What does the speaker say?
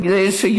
בגלל,